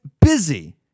busy